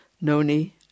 Noni